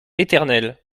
éternel